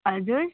हजुर